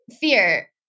fear